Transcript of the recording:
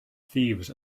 thieves